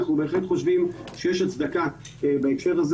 אנחנו בהחלט חושבים שיש הצדקה בהקשר הזה